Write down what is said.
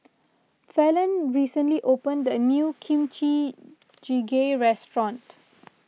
Falon recently opened a new Kimchi Jjigae restaurant